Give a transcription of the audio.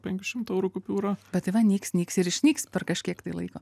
penkių šimtų eurų kupiūra bet tai va nyks nyks ir išnyks per kažkiek laiko